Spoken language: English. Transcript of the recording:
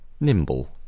nimble